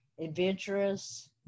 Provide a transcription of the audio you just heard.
adventurous